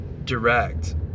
direct